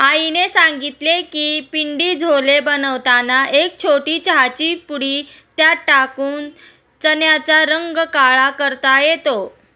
आईने सांगितले की पिंडी छोले बनवताना एक छोटी चहाची पुडी त्यात टाकून चण्याचा रंग काळा करता येतो